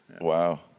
wow